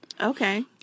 Okay